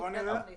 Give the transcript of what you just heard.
לא הוצגה תוכנית.